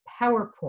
PowerPoint